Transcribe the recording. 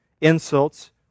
insults